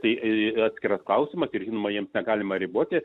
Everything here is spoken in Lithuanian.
tai atskirą klausimą ir ima jiems negalima riboti